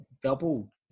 double